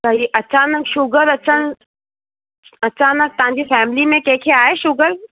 त ही अचानकि शुगर अचणु अचानकि तव्हां जी फ़ैमिली में कंहिं खे आहे शुगर